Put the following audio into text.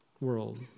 world